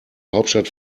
hauptstadt